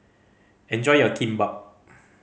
enjoy your Kimbap